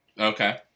Okay